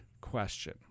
question